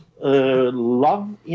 love